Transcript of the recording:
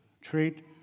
treat